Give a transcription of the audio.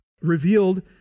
revealed